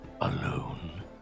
alone